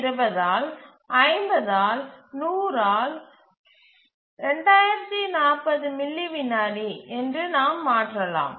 10 20 ஆல் 50 ஆல் 100 ஆல் 2040 மில்லி விநாடி என்று நாம் மாற்றலாம்